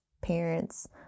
parents